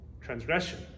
Transgression